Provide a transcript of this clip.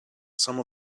some